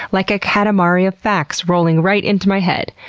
like a katamari of facts rolling right into my head.